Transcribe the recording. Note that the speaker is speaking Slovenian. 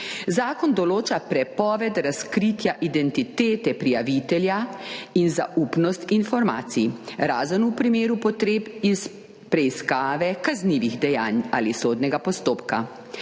Zakon določa prepoved razkritja identitete prijavitelja in zaupnost informacij, razen v primeru potreb iz preiskave kaznivih dejanj ali sodnega postopka.